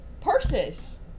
Purses